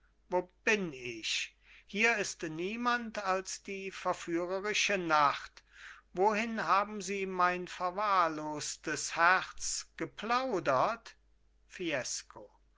wo bin ich hier ist niemand als die verführerische nacht wohin haben sie mein verwahrlostes herz geplaudert fiesco